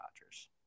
Dodgers